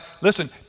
listen